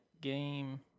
game